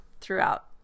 throughout